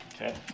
Okay